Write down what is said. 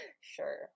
Sure